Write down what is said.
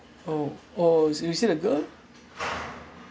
oh oh s~ is it a girl